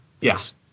yes